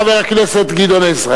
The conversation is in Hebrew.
חבר הכנסת גדעון עזרא,